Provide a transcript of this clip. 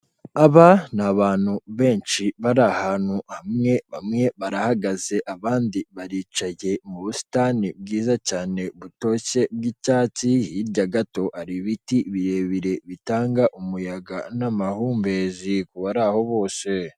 Aba ni abantu benshi bari ahantu hamwe, bamwe barahagaze abandi baricaye mu busitani bwiza cyane butoshye bw'icyatsi, hirya gato hari ibiti birebire bitanga umuyaga n'amahumbezi ku bari aho bose.